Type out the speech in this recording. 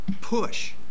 push